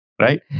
Right